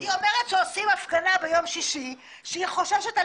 היא אומרת שעושים הפגנה ביום שישי והיא חוששת על